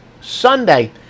Sunday